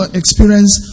experience